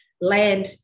land